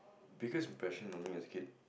biggest impression on me as a kid